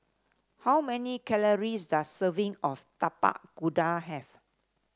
how many calories does a serving of Tapak Kuda have